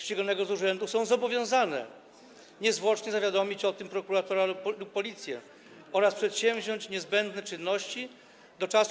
ściganego z urzędu, są obowiązane niezwłocznie zawiadomić o tym prokuratora lub Policję oraz przedsięwziąć niezbędne czynności do czasu.